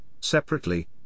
separately